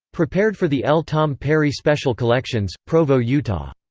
prepared for the l. tom perry special collections, provo, yeah but